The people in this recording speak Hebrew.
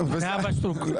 סטרוק.